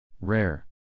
Rare